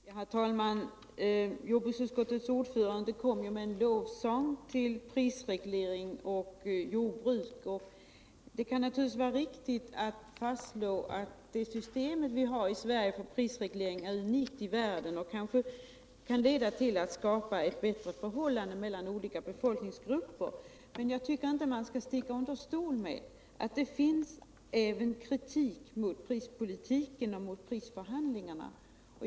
Herr talman! Jordbruksutskottets ordförande kom med en lovsång till prisreglering och jordbruk. Det kan naturligtvis vara riktigt att fastslå att det system vi har i Sverige för prisreglering är unikt i världen och kanske kan bidra till att skapa ett bättre förhållande mellan olika befolkningsgrupper. Men det finns även kritik mot prispolitiken och prisförhandlingarna.